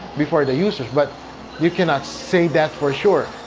before the users, but you cannot say that for sure.